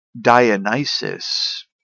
Dionysus